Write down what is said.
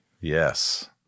Yes